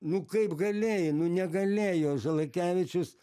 nu kaip galėjai nu negalėjo žalakevičius